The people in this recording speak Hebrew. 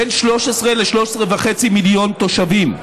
בין 13 ל-13.5 מיליון תושבים.